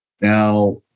Now